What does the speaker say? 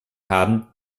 haben